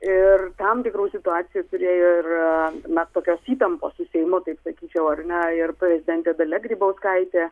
ir tam tikrų situacijų turėjo ir na tokios įtampos su seimu taip sakyčiau ar ne ir prezidentė dalia grybauskaitė